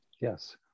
Yes